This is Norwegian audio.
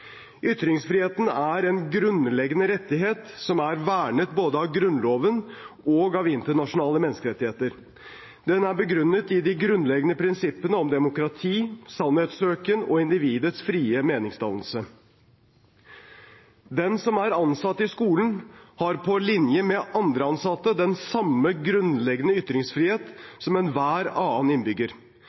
Ytringsfriheten er en grunnleggende rettighet som er vernet både av Grunnloven og av internasjonale menneskerettigheter. Den er begrunnet i de grunnleggende prinsippene om demokrati, sannhetssøken og individets frie meningsdannelse. Den som er ansatt i skolen, har, på linje med andre ansatte, den samme grunnleggende ytringsfrihet som enhver annen innbygger.